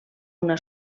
una